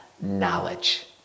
knowledge